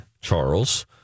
Charles